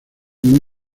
muy